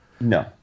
No